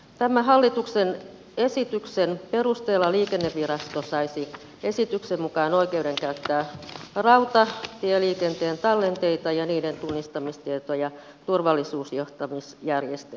tämän hallituksen esityksen perusteella liikennevirasto saisi oikeuden käyttää rautatieliikenteen tallenteita ja niiden tunnistamistietoja turvallisuusjohtamisjärjestelmäänsä